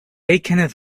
kenneth